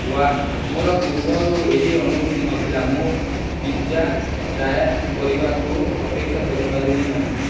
ବାଃ ମୋର ପୂର୍ବରୁ ଏହି ଅନୁଭୂତି ନଥିଲା ମୁଁ ପିଜ୍ଜା ଟ୍ରାୟ କରିବାକୁ ଅପେକ୍ଷା କରିପାରିବି ନାହିଁ